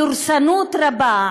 בדורסנות רבה,